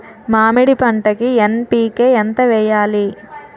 మామిడి పంటకి ఎన్.పీ.కే ఎంత వెయ్యాలి?